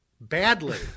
Badly